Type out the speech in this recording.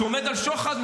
שעומד לדין על שוחד,